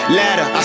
ladder